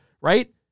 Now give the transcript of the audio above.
right